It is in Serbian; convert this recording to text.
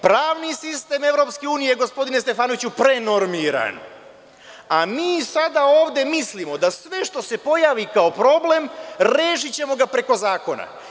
Pravni sistem EU, gospodine Stefanoviću, prenormiran, a mi sada ovde mislimo sve što se pojavi kao problem rešićemo ga preko zakona.